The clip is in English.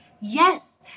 yes